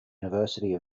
university